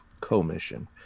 commission